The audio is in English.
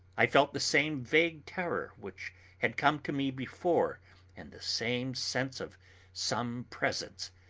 i felt the same vague terror which had come to me before and the same sense of some presence.